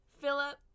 Philip